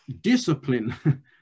discipline